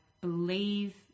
believe